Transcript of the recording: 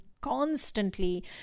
constantly